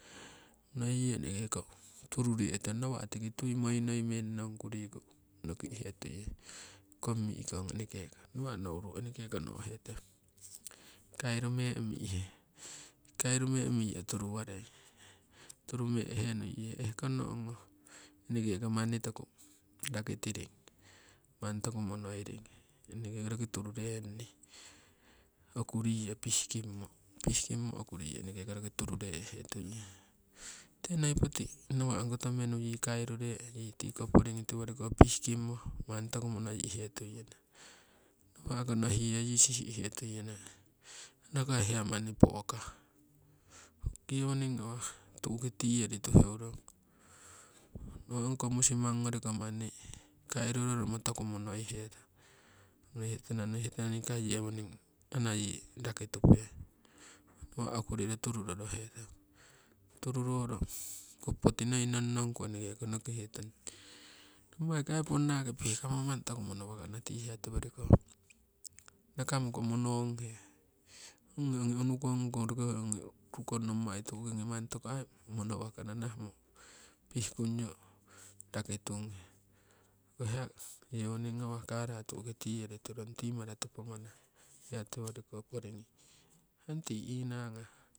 Onohi eneke ko turureh hee tuiyong nawa' tiki tui moi noi meng nongku riku noki'he tuiyong, kong mi'kong eneke ko nawa' nouru eneke ko no'hetong kairumee mi'ihe. Kairumee mingyo turuwarei turumeehe nuiye ehkong ongoh eneke ko manni toku rakitiring manni toku monoiring, eneke ko roki tururenni okuriyo pihkingmo. Pihkingmo okuriyo eneke ko roki tururehe tuiye, tikite noi poti nawa' ong koto menu yii kairuree yii tiko porigi tiworiko pihkimmo manni toku monoi'he tuiana nawa'ko nohiyo yii sihi'he tuiana anakai hiya manni po'kah, yewoning ngawah tu'ki tiyori tuheurong ongiko musimang ngoriko manni kairuro romo toku monoi hetana. Nohihetana. nohihetana nikai yewoning ana rakitupe nawa' okuriro tururoro hetong tururoro hoo poti noi nongnongku eneke ko nokihe tong, nommai kii aii ponna kii pihkamo manni toku monowakana tii hiya tiworiko nakamoko mononghee ongi ogii unukongiko roki hoo ogii. urukong nommai tu'ki manni toku aii monowakana. Nahamo pihkunyo rakitunghee hoo hiya yewoning ngawah karaa tu'uki tiyori turong timara topo manah hiya tiworiko porigi manni tii inagah.